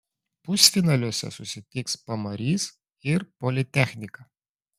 pusfinaliuose susitiks pamarys ir politechnika